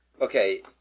okay